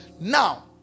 Now